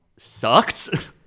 Sucked